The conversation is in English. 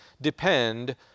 depend